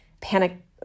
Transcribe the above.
panic